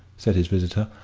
said his visitor,